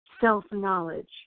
self-knowledge